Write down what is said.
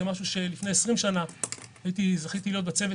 זה משהו שלפני 20 שנים זכיתי להיות בצוות